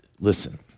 listen